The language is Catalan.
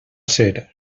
ser